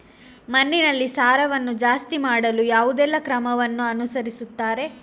ಮಣ್ಣಿನಲ್ಲಿ ಸಾರವನ್ನು ಜಾಸ್ತಿ ಮಾಡಲು ಯಾವುದೆಲ್ಲ ಕ್ರಮವನ್ನು ಅನುಸರಿಸುತ್ತಾರೆ